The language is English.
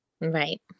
Right